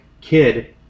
kid